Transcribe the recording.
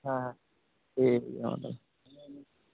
ᱦᱮᱸ ᱴᱷᱤᱠ ᱜᱮᱭᱟ ᱢᱟ